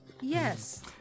Yes